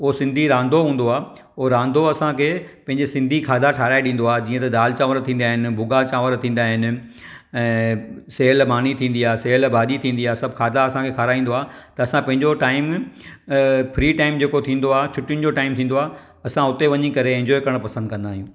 उहो सिंधी रांधो हूंदो आहे हूं रांधो असांखे पंहिंजे सिंधी खाधा ठहाराए ॾींदो आहे जीअं त दालि चांवर थींदा आहिनि भुॻा चांवर थींदा आहिनि ऐं सेहल मानी थींदी आहे सेहल भाॼी थींदी आहे सभु खाधा असांखे खाराईंदो आहे त असां पंहिंजो टाइम फ्री टाइम जेको थींदो आहे छुटीयुनि जो टाइम थींदो आ असां हुते वञी करे एन्जॉय करण पसंदि कंदा आहियूं